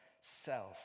self